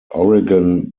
oregon